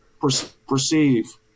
perceive